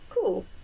cool